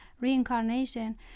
reincarnation